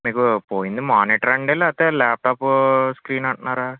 మీకు పోయింది మానిటర్ అండి లేకపోతే ల్యాప్టాపు స్క్రీన్ అంటున్నారా